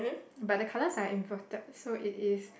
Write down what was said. but the colours are inverted so it is